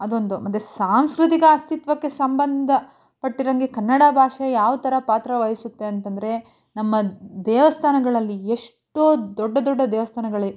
ಅದೊಂದು ಮತ್ತು ಸಾಂಸ್ಕೃತಿಕ ಅಸ್ತಿತ್ವಕ್ಕೆ ಸಂಬಂಧ ಪಟ್ಟಿರೋಂಗೆ ಕನ್ನಡ ಭಾಷೆ ಯಾವ ಥರ ಪಾತ್ರ ವಹಿಸುತ್ತೆ ಅಂತ ಅಂದ್ರೆ ನಮ್ಮ ದೇವಸ್ಥಾನಗಳಲ್ಲಿ ಎಷ್ಟೋ ದೊಡ್ಡ ದೊಡ್ಡ ದೇವಸ್ಥಾನಗಳಿ